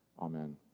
Amen